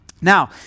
Now